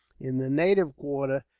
in the native quarter,